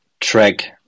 Track